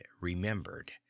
remembered